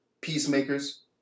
peacemakers